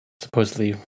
supposedly